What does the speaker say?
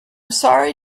sorry